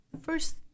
first